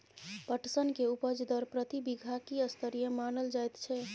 पटसन के उपज दर प्रति बीघा की स्तरीय मानल जायत छै?